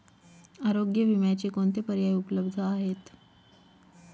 आरोग्य विम्याचे कोणते पर्याय उपलब्ध आहेत?